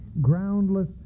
groundless